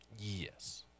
Yes